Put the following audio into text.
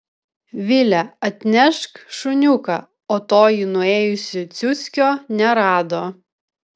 vile atnešk šuniuką o toji nuėjusi ciuckio nerado